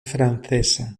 francesa